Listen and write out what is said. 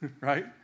Right